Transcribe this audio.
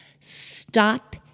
stop